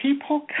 people